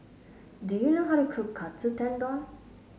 do you know how to cook Katsu Tendon